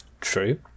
True